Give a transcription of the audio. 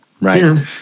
Right